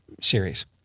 series